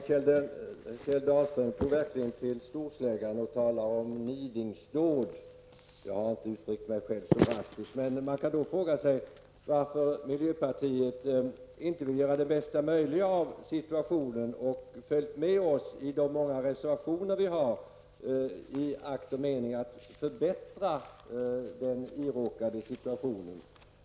Herr talman! Kjell Dahlström tog verkligen till storsläggan och talade om nidingsdåd. Jag har själv inte uttryckt mig så drastiskt. Men man kan då fråga sig varför miljöpartiet inte velat göra det bästa möjliga av situationen och följt med oss i de många reservationer vi har, i akt och mening att åstadkomma förbättringar.